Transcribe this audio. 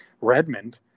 Redmond